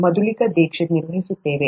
ಮಧುಲಿಕಾ ದೀಕ್ಷಿತ್ ನಿರ್ವಹಿಸುತ್ತೇವೆ